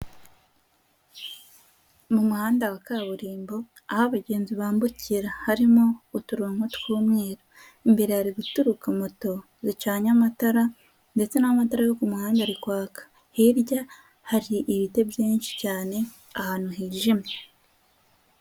Mu muhanda wa kaburimbo aho abagenzi bambukira harimo uturongo tw'umweru, imbere hari guturuka moto zicanye amatara, ndetse n'amatara yo ku muhanda ari kwaka, hirya hari ibiti byinshi cyane ahantu hijimye.